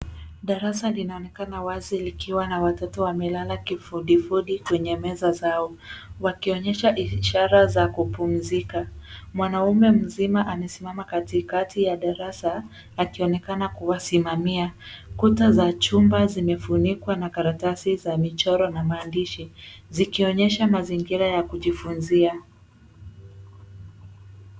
Darasa linaonekana wazi likiwa na watoto wamelala kifudifudi kwenye meza zao, wakionyesha ishara za kupumzika. Mwanaume mzima amesimama katikati ya darasa akionekana kuwasimamia. Kuta za chumba zimefunikwa na karatasi za michoro na maandishi, zikionyesha mazingira ya kujifunzia.